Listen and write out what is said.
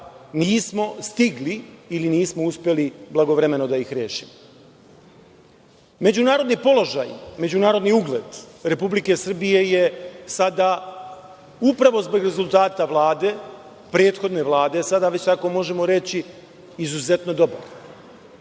nismo stigli ili nismo uspeli blagovremeno da rešimo.Međunarodni položaj, međunarodni ugled Republike Srbije je sada, upravo zbog rezultata Vlade, prethodne Vlade, sada već tako možemo reći, izuzetno dobar.